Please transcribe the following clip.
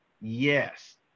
Yes